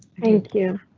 thank you.